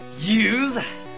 Use